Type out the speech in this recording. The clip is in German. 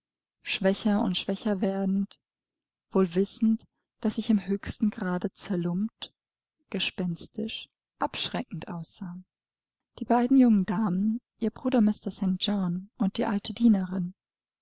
schwächer und schwächer werdend wohl wissend daß ich im höchsten grade zerlumpt gespenstisch abschreckend aussah die beiden jungen damen ihr bruder mr st john und die alte dienerin